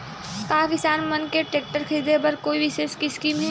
का किसान मन के टेक्टर ख़रीदे बर कोई विशेष स्कीम हे?